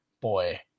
boy